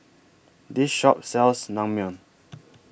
This Shop sells Naengmyeon